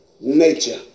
nature